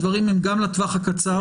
הדברים הם גם לטווח הקצר,